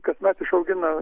kasmet išaugina